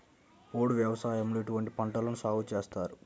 పోడు వ్యవసాయంలో ఎటువంటి పంటలను సాగుచేస్తారు?